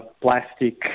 plastic